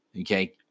Okay